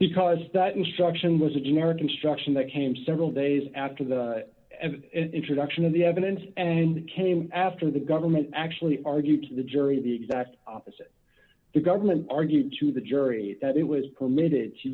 because that instruction was a generic instruction that came several days after the introduction of the evidence and came after the government actually argued to the jury the exact opposite the government argued to the jury that it was permitted to